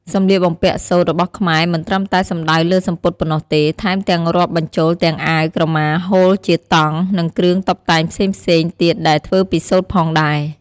សម្លៀកបំពាក់សូត្ររបស់ខ្មែរមិនត្រឹមតែសំដៅលើសំពត់ប៉ុណ្ណោះទេ ថែមទាំងរាប់បញ្ចូលទាំងអាវ ក្រមា ហូលជាតង់ និងគ្រឿងតុបតែងផ្សេងៗទៀតដែលធ្វើពីសូត្រផងដែរ។